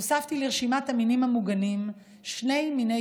הוספתי לרשימת המינים המוגנים שני מיני